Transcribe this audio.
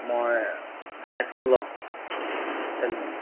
মই হাইস্কুলৰ